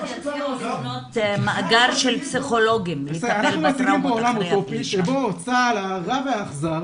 אנחנו נמצאים בעולם אוטופי שבו צבא ההגנה לישראל הרע והאכזר